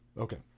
okay